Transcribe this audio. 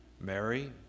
Mary